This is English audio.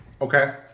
Okay